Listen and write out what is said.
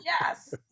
yes